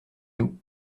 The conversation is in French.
nous